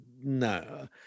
no